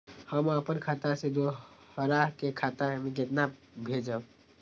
हम आपन खाता से दोहरा के खाता में केना भेजब?